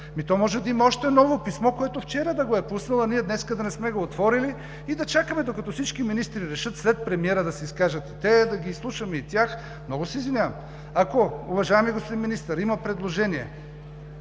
то може да има още едно ново писмо, което вчера да го е пуснал, а ние днес да не сме го отворили и да чакаме докато всички министри решат след премиера да се изкажат и те, да ги изслушаме и тях. Много се извинявам! Ако уважаемият господин министър има предложение,